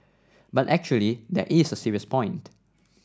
but actually there is a serious point